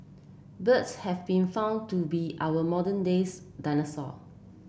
birds have been found to be our modern days dinosaur